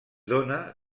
dóna